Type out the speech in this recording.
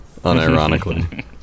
unironically